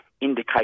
indicate